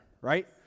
right